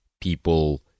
people